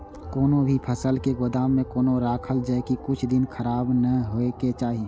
कोनो भी फसल के गोदाम में कोना राखल जाय की कुछ दिन खराब ने होय के चाही?